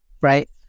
right